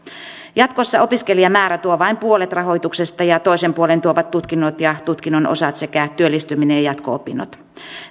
jatkossa opiskelijamäärä tuo vain puolet rahoituksesta ja toisen puolen tuovat tutkinnot ja tutkinnon osat sekä työllistyminen ja jatko opinnot